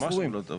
לא,